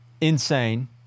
Insane